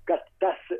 kad tas